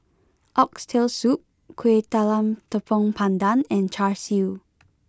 Oxtail Soup Kueh Talam Tepong Pandan and Char Siu